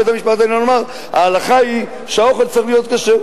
בית-המשפט העליון אמר שההלכה היא שהאוכל צריך להיות כשר,